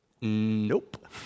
nope